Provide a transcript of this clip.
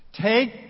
Take